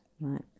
Right